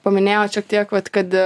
paminėjot šiek tiek vat kad